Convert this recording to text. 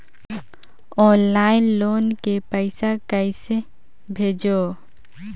Online loan के पईसा कइसे भेजों?